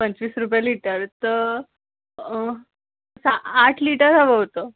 पंचवीस रुपये लिटर तर सा आठ लिटर हवं होतं